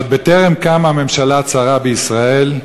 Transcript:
עוד בטרם קמה הממשלה הצרה בישראל,